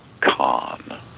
con